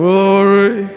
Glory